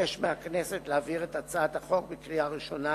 אבקש מהכנסת להעביר את הצעת החוק בקריאה ראשונה